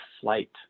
flight